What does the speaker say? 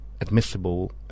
admissible